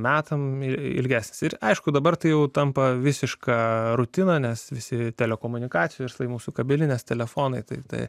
metam ir ilgesnis ir aišku dabar tai jau tampa visiška rutina nes visi telekomunikacijų verslai mūsų kabelinės telefonai tai taip